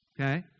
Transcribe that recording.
okay